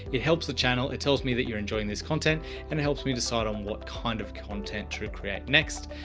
it helps the channel. it tells me that you're enjoying this content and it helps me decide on what kind of content to create next.